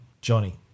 Johnny